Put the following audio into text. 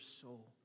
soul